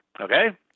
okay